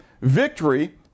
victory